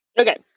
Okay